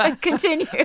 Continue